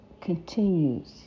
continues